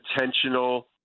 intentional